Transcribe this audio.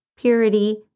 purity